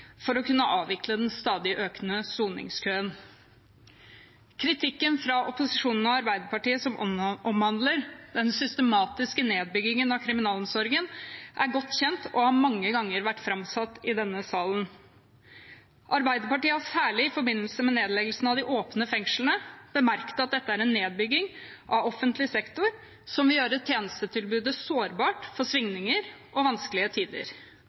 for å kunne avvikle den stadig økende soningskøen». Kritikken fra opposisjonen og Arbeiderpartiet som omhandler den systematiske nedbyggingen av kriminalomsorgen, er godt kjent og har mange ganger vært framsatt i denne salen. Arbeiderpartiet har særlig i forbindelse med nedleggelsen av de åpne fengslene bemerket at dette er en nedbygging av offentlig sektor som vil gjøre tjenestetilbudet sårbart for svingninger og vanskelige tider,